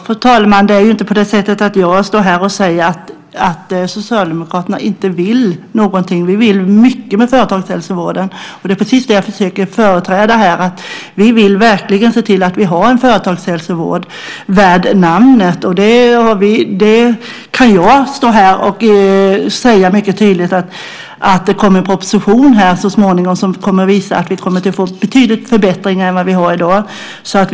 Fru talman! Det är inte på det sättet att jag står här och säger att Socialdemokraterna inte vill någonting. Vi vill mycket med företagshälsovården. Det är precis det jag här försöker företräda. Vi vill verkligen se till att vi har en företagshälsovård värd namnet. Jag kan mycket tydligt säga att det så småningom kommer en proposition som visar att vi får betydliga förbättringar i förhållande till hur det i dag är.